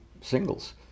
singles